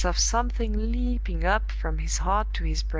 as of something leaping up from his heart to his brain,